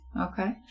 Okay